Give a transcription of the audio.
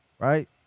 Right